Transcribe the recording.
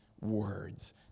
words